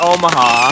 Omaha